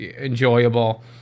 enjoyable